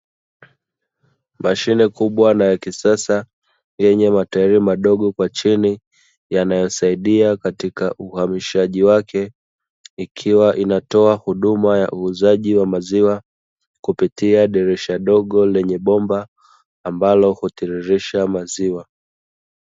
Mashine kubwa na ya kisasa yenye matairi madogo kwa chini, yanayosaidia katika uhamishaji wake, ikiwa inatoa huduma ya uuzaji wa maziwa, kupitia dirisha dogo lenye bomba, ambalo hutiririsha maziwa.